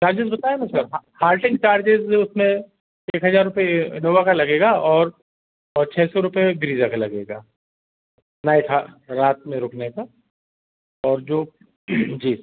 charges बताया ना sir halting charges उसमें एक हजार रुपए इनोवा का लगेगा और और छः सौ रुपए ब्रीजा का लगेगा नाइट हाँ रात में रुकने का और जो जी सर